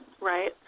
right